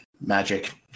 magic